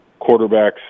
quarterbacks